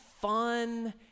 fun